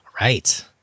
Right